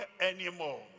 anymore